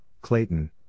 Clayton